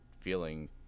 feeling